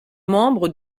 membre